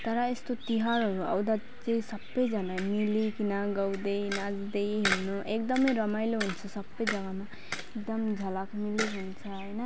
तर यस्तो तिहारहरू आउँदा चाहिँ सबैजना मिलीकन गाउदै नाच्दै हिँड्नु एकदमै रमाइलो हुन्छ सबै जग्गामा एकदम झलक मिलिक हुन्छ होइन